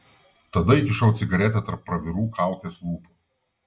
tada įkišau cigaretę tarp pravirų kaukės lūpų